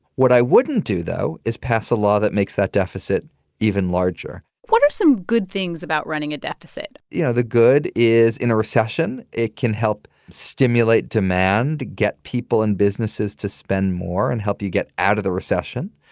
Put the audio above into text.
what i wouldn't do, though, is pass a law that makes that deficit even larger what are some good things about running a deficit? you know, the good is, in a recession, it can help stimulate demand, get people and businesses to spend more and help you get out of the recession.